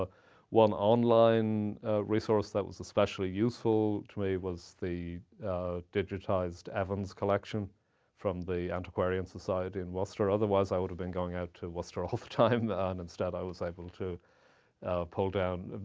ah one online resource that was especially useful to me was the digitized evans collection from the antiquarian society in worcester. otherwise i would have been going out to worcester all the time, ah and instead i was able to pull down.